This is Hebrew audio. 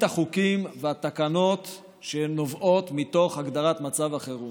החוקים והתקנות שנובעות מתוך הגדרת מצב החירום.